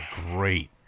great